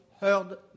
heard